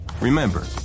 Remember